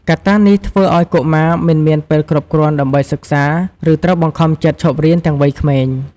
កត្តានេះធ្វើឲ្យកុមារមិនមានពេលគ្រប់គ្រាន់ដើម្បីសិក្សា ឬត្រូវបង្ខំចិត្តឈប់រៀនទាំងវ័យក្មេង។